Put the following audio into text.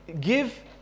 give